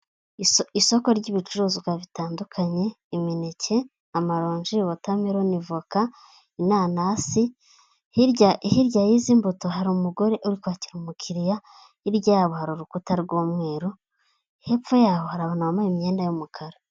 Isoko ry'ibicuruzwa bitandukanye imineke, amaronji, wotameloni, voka, inanasi, hirya hirya y'izi mbuto hari umugore uri kwakira umukiriya, hirya yabo hari urukuta rw'umweru, hepfo yaho hari abantu wambaye imyenda y'umukara.